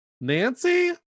nancy